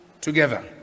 together